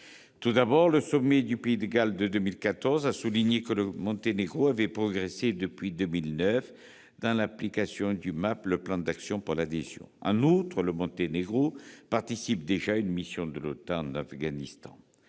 Tout d'abord, le sommet du Pays de Galles de 2014 a souligné que, depuis 2009, le Monténégro avait progressé dans l'application du MAP, le plan d'action pour l'adhésion. Ensuite, le Monténégro participe déjà à une mission de l'OTAN en Afghanistan.